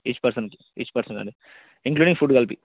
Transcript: each పర్సన్కి each పర్సన్కు అండి ఇంక్లూడింగ్ ఫుడ్డు కలిపి